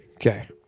Okay